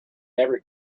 never